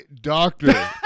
doctor